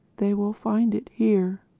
they will find it here,